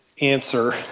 answer